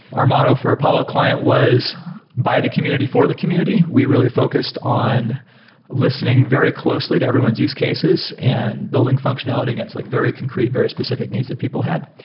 our motto for apollo client was by the community, for the community. we really focused on listening very closely to everyone's use cases and building functionality against like very concrete, very specific needs that people had.